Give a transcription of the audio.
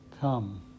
come